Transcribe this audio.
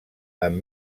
amb